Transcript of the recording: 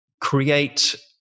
Create